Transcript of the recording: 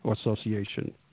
Association